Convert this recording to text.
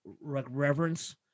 Reverence